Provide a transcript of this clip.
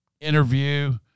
interview